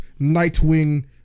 Nightwing